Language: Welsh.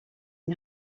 yng